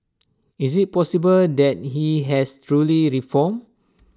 is IT possible that he has truly reformed